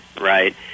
right